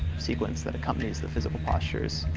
sequence that accompanies the physical postures,